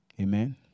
Amen